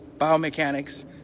biomechanics